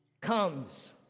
comes